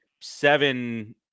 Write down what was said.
seven